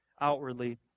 outwardly